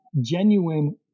genuine